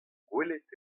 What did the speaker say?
gwelet